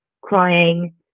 crying